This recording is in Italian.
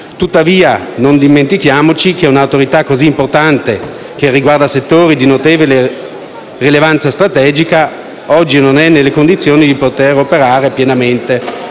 Tuttavia, non dimentichiamoci che un'Autorità così importante, che riguarda settori di notevole rilevanza strategica, oggi non è nelle condizioni di operare pienamente.